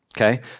Okay